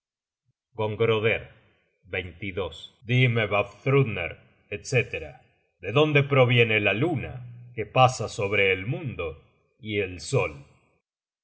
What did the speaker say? con su sangre gongroder dime vafthrudner etc de dónde proviene la luna que pasa sobre el mundo y el sol